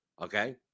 okay